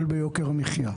שנייה,